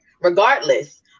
Regardless